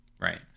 Right